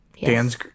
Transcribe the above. Dan's